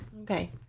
Okay